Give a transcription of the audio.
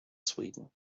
sweden